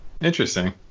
interesting